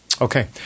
Okay